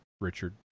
Richard